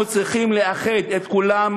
אנחנו צריכים לאחד את כולם,